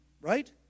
right